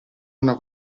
una